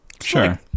sure